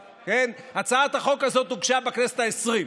הצעת החוק הזאת הוגשה בכנסת העשרים.